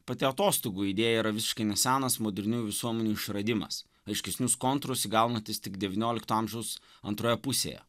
pati atostogų idėja yra visiškai nesenas modernių visuomenių išradimas aiškesnius kontūrus įgaunantis tik devyniolikto amžiaus antroje pusėje